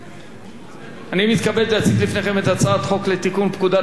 אני מתכבד להציג לפניכם את הצעת החוק לתיקון פקודת התעבורה (תיקון מס'